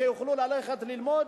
שיוכלו ללכת ללמוד,